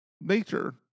nature